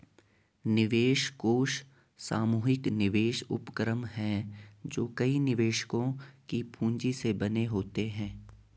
निवेश कोष सामूहिक निवेश उपक्रम हैं जो कई निवेशकों की पूंजी से बने होते हैं